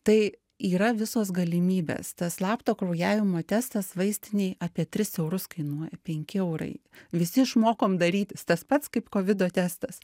tai yra visos galimybės tas slapto kraujavimo testas vaistinėj apie tris eurus kainuoja penki eurai visi išmokom darytis tas pats kaip kovido testas